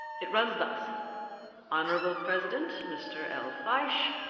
it runs thus hon. president mr. l. fyshe,